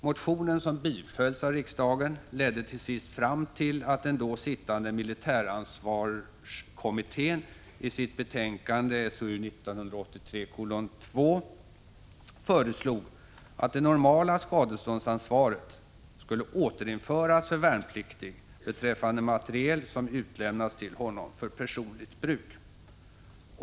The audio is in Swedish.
Motionen, som bifölls av riksdagen, ledde till sist fram till att den då sittande militäransvarskommittén i sitt betänkande SOU 1983:2 föreslog att det normala skadeståndsansvaret skulle återinföras för värnpliktig beträffande materiel som utlämnats till honom för personligt bruk.